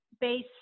base